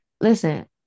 listen